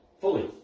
fully